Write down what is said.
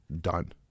done